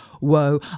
whoa